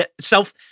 self